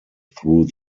through